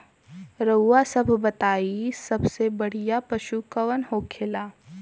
रउआ सभ बताई सबसे बढ़ियां पशु कवन होखेला?